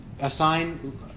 assign